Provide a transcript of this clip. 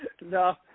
No